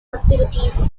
festivities